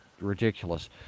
ridiculous